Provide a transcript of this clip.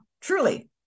truly